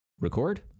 record